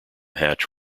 hatch